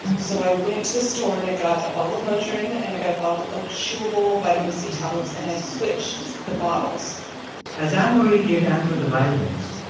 so i went to the store, and i got a bottle of motrin, and i got a bottle of chewable vitamin c tablets, and i switched the bottles as anne marie gave andrew the vitamins,